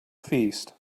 feast